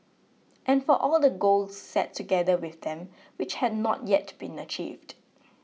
and for all the goals set together with them which had not yet been achieved